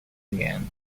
again